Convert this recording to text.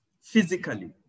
physically